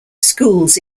schools